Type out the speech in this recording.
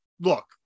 Look